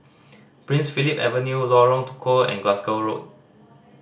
Prince Philip Avenue Lorong Tukol and Glasgow Road